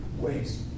ways